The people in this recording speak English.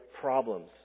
problems